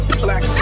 black